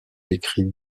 écrit